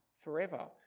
forever